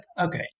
okay